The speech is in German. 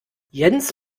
jens